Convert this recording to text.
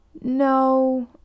No